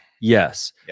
Yes